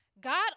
God